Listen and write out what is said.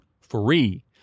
free